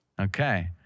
okay